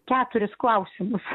keturis klausimus